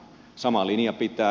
sama linja pitää